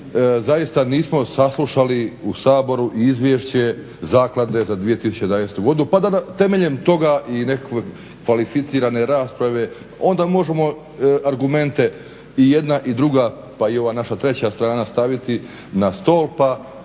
zaista nismo saslušali u Saboru i Izvješće Zaklade za 2011. godinu, pa da temeljem toga i nekakve kvalificirane rasprave. Onda možemo argumente i jedna i druga, pa i ova naša treća strana staviti na stol, pa